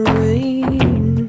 rain